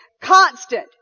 Constant